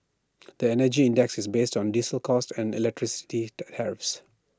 the Energy Index is based on diesel costs and electricity tariffs